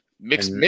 Mix